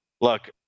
look